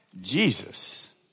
Jesus